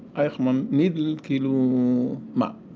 eichmann needle, you know um ah